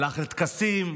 הלך לטקסים,